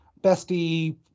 bestie